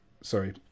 sorry